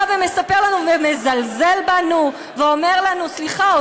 ומספר לנו ומזלזל בנו ואומר לנו: סליחה,